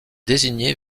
désigné